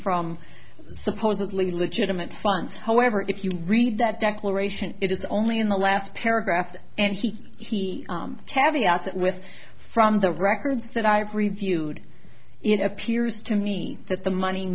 from supposedly legitimate funds however if you read that declaration it is only in the last paragraph and he he kaviak that with from the records that i have reviewed it appears to me that the money